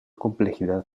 complejidad